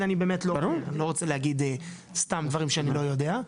אני לא רוצה להגיד סתם דברים שאני לא יודע.